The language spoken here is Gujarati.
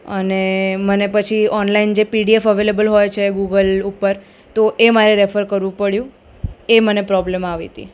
અને મને પછી ઓનલાઈન જે પીડીએફ અવેલેબલ હોય છે ગૂગલ ઉપર તો એ મારે રેફર કરવું પડ્યું એ મને પ્રોબ્લેમ આવી હતી